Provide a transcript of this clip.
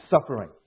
suffering